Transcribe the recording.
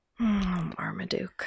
Armaduke